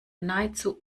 nahezu